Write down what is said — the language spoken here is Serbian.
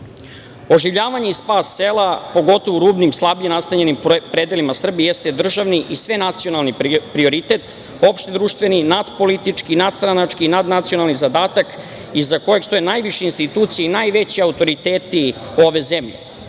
izvoz. Oživljavanje i spas sela, pogotovo u rubnim slabije nastanjenim predelima Srbije jeste državni i svenacionalni prioritet opšte društveni, nadpolitički, nadstranački, nadnacionalni zadatak iza kojeg stoje najviše institucije i najveći autoriteti ove zemlje,